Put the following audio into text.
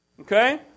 Okay